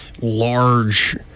large